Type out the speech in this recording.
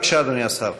בבקשה, אדוני השר.